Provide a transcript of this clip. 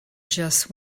just